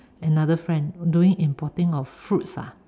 another friend doing importing of fruits ah